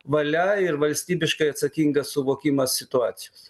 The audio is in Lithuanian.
valia ir valstybiškai atsakingas suvokimas situacijos